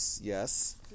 Yes